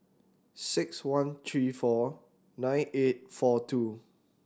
six one three four nine eight four two